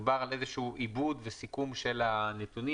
מדובר על איזשהו עיבוד וסיכום של הנתונים,